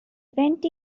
event